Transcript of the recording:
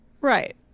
Right